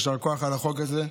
יישר כוח על החוק הזה,